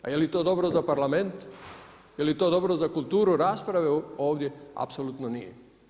Ali je li to dobro za parlament, je li to dobro za kulturu rasprave ovdje, apsolutno nije.